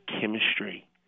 chemistry